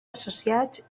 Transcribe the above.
associats